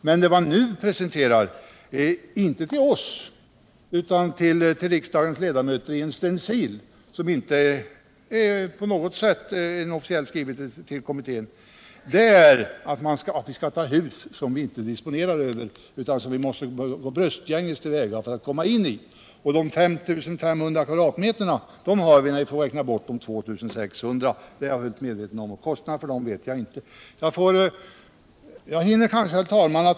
Men det man nu presenterar, inte för oss i byggnadskommittén utan för riksdagens ledamöter i en stencil som inte på något sätt är en officiell skrivelse till kommittén, är att vi skall ta i anspråk hus som vi inte disponerar över utan där vi måste gå bröstgänges till väga för alt komma in i dem. De 5 500 kvadratmeterna har vi när vi har räknat bort de 2 600. Det är jag medveten om. Kostnaderna för dem känner jag inte till. Jag hinner kanske, herr talman.